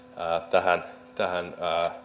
tähän tähän